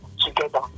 together